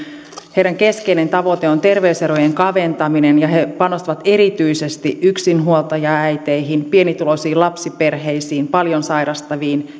heidän keskeinen tavoitteensa on terveyserojen kaventaminen ja he panostavat erityisesti yksinhuoltajaäiteihin pienituloisiin lapsiperheisiin paljon sairastaviin